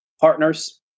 partners